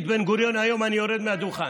תן לי את בן-גוריון היום, אני יורד מהדוכן.